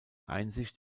einsicht